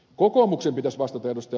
kokoomuksen pitäisi vastata ed